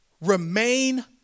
Remain